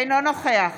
אינו נוכח